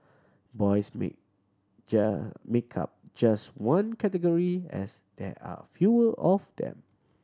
boys make make up just one category as there are fewer of them